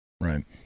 Right